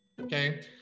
Okay